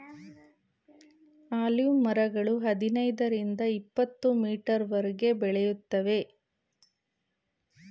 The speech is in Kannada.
ಆಲೀವ್ ಮರಗಳು ಹದಿನೈದರಿಂದ ಇಪತ್ತುಮೀಟರ್ವರೆಗೆ ಬೆಳೆಯುತ್ತವೆ